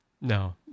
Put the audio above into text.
No